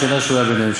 שכינה שרויה ביניהן,